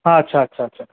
আচ্ছা আচ্ছা আচ্ছা